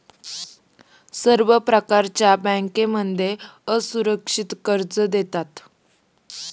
सर्व प्रकारच्या बँकांमध्ये असुरक्षित कर्ज देतात